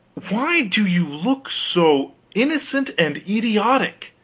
why do you look so innocent and idiotic!